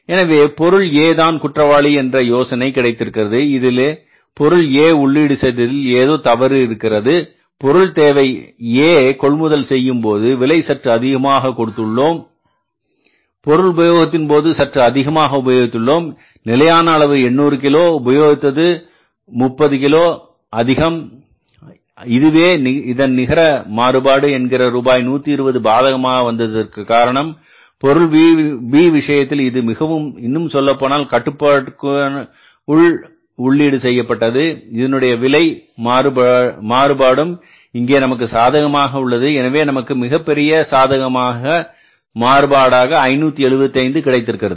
எனவே பொருள் A தான் குற்றவாளி என்கிற யோசனை கிடைத்திருக்கிறது இதிலே பொருள் A உள்ளீடு செய்ததில் ஏதோ தவறு இருக்கிறது பொருள் தேவை A கொள்முதல் செய்யும்போதும் விலை சற்று அதிகமாக கொடுத்துள்ளோம் பொருள் உபயோகத்தின் போதும் சற்று அதிகமாக உபயோகிக்கிறோம் நிலையான அளவு 800 கிலோ உபயோகித்தது 130 கிலோ 30 கிலோ அதிகம் இதுவே இதன் நிகர மாறுபாடு என்கிற ரூபாய் 120 பாதகமாக வந்ததற்கு காரணம் பொருள் B விஷயத்தில் இது மிகவும் இன்னும் சொல்லப்போனால் கட்டுப்பாட்டுக்குள் உள்ளீடு செய்யப்பட்டது இதனுடைய விலை மாறுபடும் இங்கே நமக்கு சாதகமாக உள்ளது எனவே நமக்கு மிகப்பெரிய சாதகமான மாறுபாடாக 575 கிடைத்திருக்கிறது